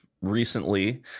recently